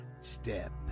step